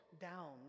down